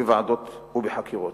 בוועדות ובחקירות.